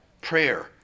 prayer